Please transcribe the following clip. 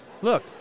Look